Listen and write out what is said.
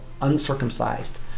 uncircumcised